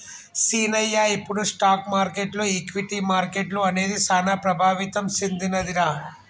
సీనయ్య ఇప్పుడు స్టాక్ మార్కెటులో ఈక్విటీ మార్కెట్లు అనేది సాన ప్రభావితం సెందినదిరా